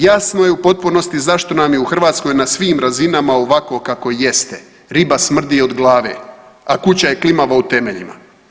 Jasno je u potpunosti zašto nam je u Hrvatskoj na svim razinama ovako kako jeste, riba smrdi od glave, a kuća je klimava u temeljima.